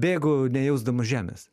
bėgu nejausdamas žemės